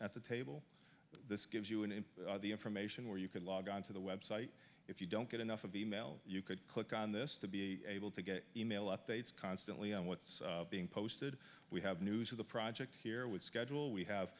at the table this gives you and the information where you can log on to the website if you don't get enough of e mail you could click on this to be able to get e mail updates constantly on what's being posted we have news of the project here with schedule we have